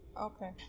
okay